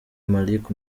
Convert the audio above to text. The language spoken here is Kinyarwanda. malik